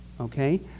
Okay